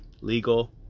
legal